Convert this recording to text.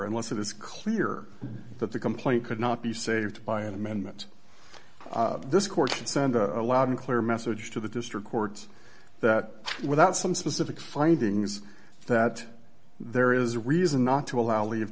unless it is clear that the complaint could not be saved by an amendment this court and send a loud and clear message to the district court that without some specific findings that there is a reason not to allow leave